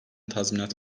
tazminat